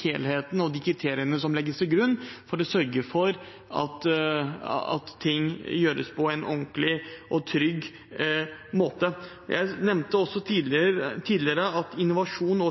helheten og de kriteriene som legges til grunn for å sørge for at ting gjøres på en ordentlig og trygg måte. Jeg nevnte også tidligere at innovasjon og